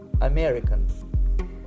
american